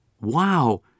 Wow